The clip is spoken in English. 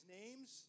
names